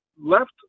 left